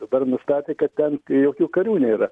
dabar nustatė kad ten jokių karių nėra